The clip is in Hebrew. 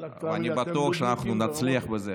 אני בטוח שאנחנו נצליח בזה.